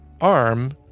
arm